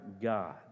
God